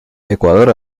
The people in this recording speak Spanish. ecuador